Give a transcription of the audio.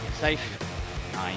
safe